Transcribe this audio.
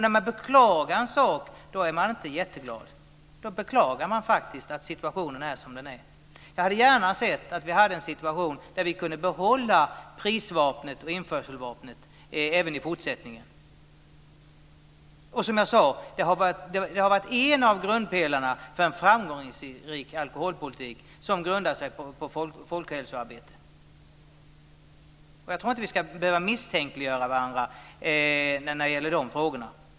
När man beklagar en sak är man inte jätteglad, utan då beklagar man faktiskt att situationen är som den är. Jag hade gärna sett att vi hade kunnat behålla prisvapnet och införselvapnet även i fortsättningen. Det har, som jag sade, varit en av grundpelarna i en framgångsrik alkoholpolitik, som grundar sig folkhälsoarbete. Jag tycker inte att vi ska behöva misstänkliggöra varandra i de frågorna.